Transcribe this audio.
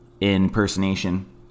impersonation